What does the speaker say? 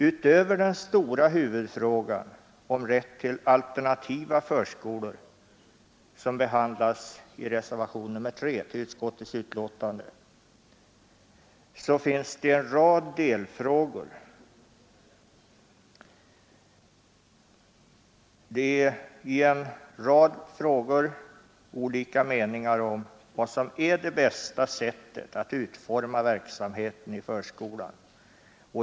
Utöver den stora huvudfrågan om rätt till alternativa förskolor, som behandlas i reservationen 3 till utskottsbetänkandet, finns i en rad delfrågor olika meningar om hur man på bästa sätt skall utforma verksamheten i förskolan.